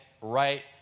right